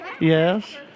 Yes